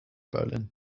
berlin